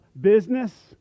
business